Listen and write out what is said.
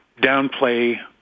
downplay